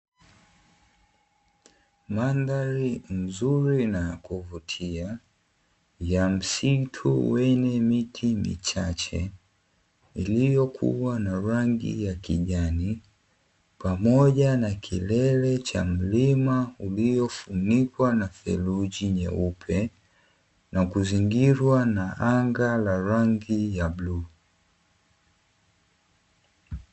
Madhari nzuri na yz kuvutia ya msingi wenye miti michache, iliyokuwa na rangi ya kijani pamoja na kilele cha mlima uliofunikwa na theluji nyeupe na kuzingirwa na anga la rangi ya bluu.